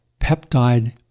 peptide